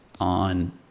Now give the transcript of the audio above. on